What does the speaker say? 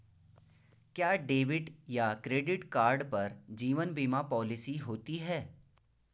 क्या डेबिट या credit card पर जीवन बीमा पॉलिसी होती है?